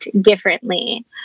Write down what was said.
differently